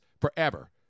forever